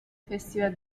festival